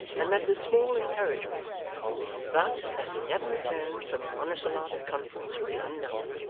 and met with small encouragement but, as he never returned from a monosyllabic conference with the unknown,